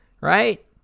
right